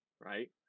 right